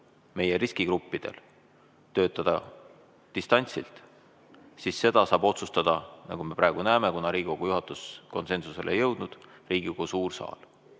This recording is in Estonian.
meie riskigruppidel töötada distantsilt, siis seda saab otsustada, nagu me praegu näeme, kuna Riigikogu juhatus konsensusele ei jõudnud, Riigikogu suur saal